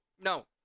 No